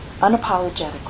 unapologetically